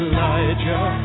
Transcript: Elijah